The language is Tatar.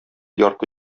ярты